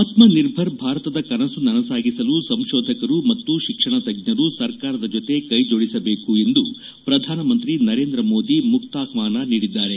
ಆತ್ಲ ನಿರ್ಭರ್ ಭಾರತದ ಕನಸು ನನಸಾಗಿಸಲು ಸಂಶೋಧಕರು ಮತ್ತು ಶಿಕ್ಷಣ ತಜ್ಞರು ಸರ್ಕಾರದ ಜೊತೆ ಕೈಜೋಡಿಸಬೇಕು ಎಂದು ಪ್ರಧಾನಮಂತ್ರಿ ನರೇಂದ್ರ ಮೋದಿ ಮುಕ್ತಾಹ್ವಾನ ನೀಡಿದ್ದಾರೆ